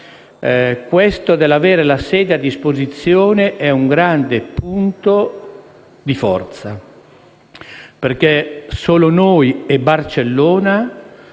Agenzia. Avere la sede a disposizione è un grande punto di forza, perché solo noi e Barcellona